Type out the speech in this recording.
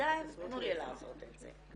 בינתיים תנו לי לעשות את זה.